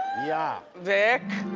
yeah. vick.